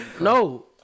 No